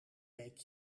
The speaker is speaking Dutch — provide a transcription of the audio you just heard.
week